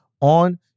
on